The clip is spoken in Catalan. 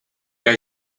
que